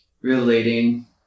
relating